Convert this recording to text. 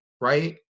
right